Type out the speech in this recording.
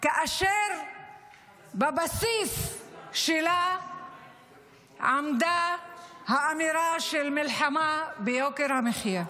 שבבסיס שלה עמדה האמירה של מלחמה ביוקר המחיה,